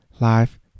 Life